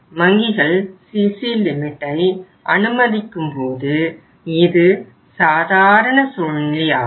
வங்கிகள் CC லிமிட்டை அனுமதிக்கும்போது இது சாதாரண சூழ்நிலையாகும்